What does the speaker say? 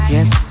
Yes